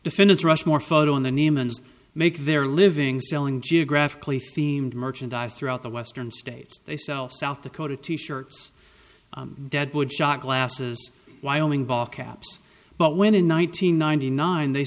defendants rushmore photo in the name and make their living selling geographically themed merchandise throughout the western states they sell south dakota t shirts deadwood shot glasses wyoming ball caps but when in one nine hundred ninety nine they